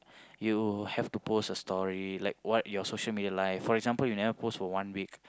you have to post a story like what your social media life like for example you never post for one week